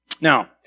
Now